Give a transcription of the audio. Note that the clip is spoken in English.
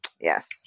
Yes